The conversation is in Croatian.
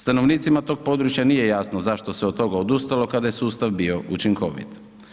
Stanovnicima tog područja nije jasno zašto se od toga odustalo kada je sustav bio učinkovit.